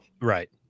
Right